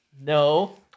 no